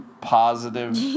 positive